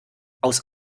aus